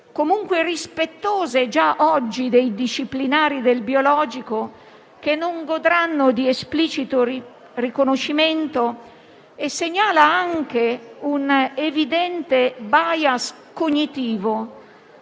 comunque rispettose già oggi dei disciplinari del biologico, che non godranno di esplicito riconoscimento, e che segnali anche un evidente *bias* cognitivo